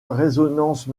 résonance